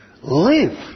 live